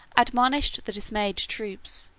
admonished the dismayed troops,